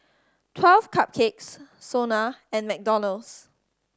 Twelve Cupcakes SONA and McDonald's